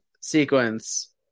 sequence